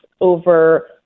over –